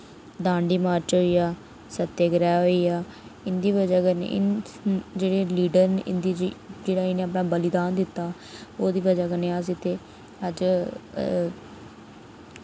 Dandi march होई गेआ सत्य ग्रह होई गेआ इं'दी वजह् कन्नै इन जेह्ड़े लीडर न इं'दी जी जेह्ड़ा इ'नै अपना बलिदान दित्ता ओह्दी वजह् कन्नै अस इत्थै अज्ज